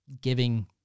giving